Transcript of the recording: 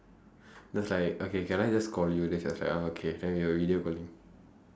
then I was like okay can I just call you then she was like ah okay then we were video calling